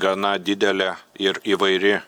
gana didelė ir įvairi